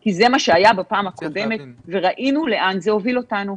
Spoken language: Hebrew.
כי זה מה שהיה בפעם הקודמת וראינו לאן זה הוביל אותו.